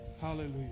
hallelujah